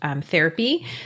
therapy